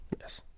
Yes